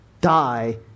die